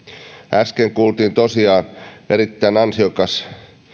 äsken kuultiin tosiaan erittäin ansiokas